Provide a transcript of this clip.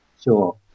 Sure